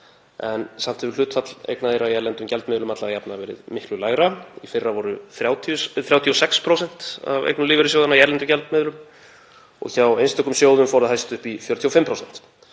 en samt hefur hlutfall eigna þeirra í erlendum gjaldmiðlum alla jafna verið miklu lægra. Í fyrra voru 36% af eignum lífeyrissjóðanna í erlendum gjaldmiðlum og hjá einstökum sjóðum fór það hæst upp í 45%.